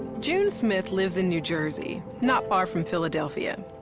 june smith lives in new jersey, not far from philadelphia.